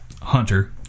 Hunter